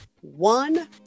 one